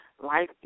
Life